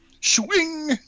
Swing